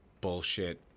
bullshit